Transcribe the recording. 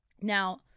Now